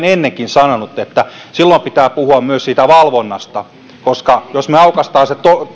ennenkin sanonut että silloin pitää puhua myös siitä valvonnasta koska jos me aukaisemme